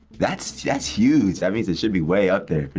that's that's huge, that means it should be way up there for